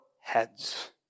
heads